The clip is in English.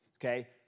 okay